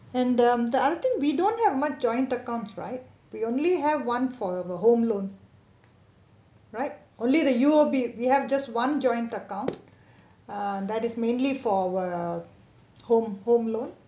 and the the other thing we don't have much joint account right we only have one for the home loan right only the U_O_B we have just one joint account uh that is mainly for uh home home loan